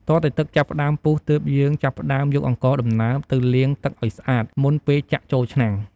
ទាល់តែទឹកចាប់ផ្ដើមពុះ ទើបយើងចាប់ផ្ដើមយកអង្ករដំណើបទៅលាងទឹកឱ្យស្អាត មុនពេលចាក់ចូលឆ្នាំង។